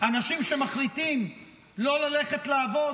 אנשים שמחליטים לא ללכת לעבוד,